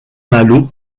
malo